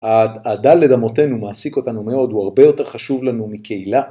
הדל לדמותינו מעסיק אותנו מאוד, הוא הרבה יותר חשוב לנו מקהילה.